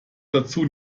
dazu